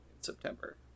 September